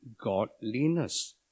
godliness